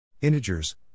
integers